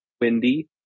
Windy